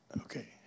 Okay